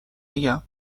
میگم